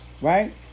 right